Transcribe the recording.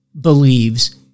believes